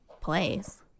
place